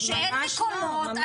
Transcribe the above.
שאין מקומות,